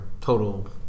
total